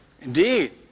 indeed